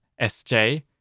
SJ